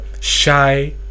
shy